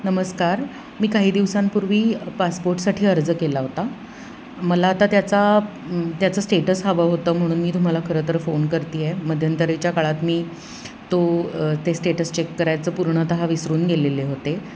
नमस्कार मी काही दिवसांपूर्वी पासपोर्टसाठी अर्ज केला होता मला आता त्याचा त्याचं स्टेटस हवं होतं म्हणून मी तुम्हाला खरंतर फोन करते आहे मध्यंतरीच्या काळात मी तो ते स्टेटस चेक करायचं पूर्णतः विसरून गेलेले होते